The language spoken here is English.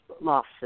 losses